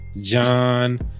John